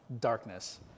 darkness